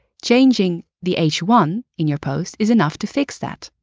changing the h one in your post is enough to fix that.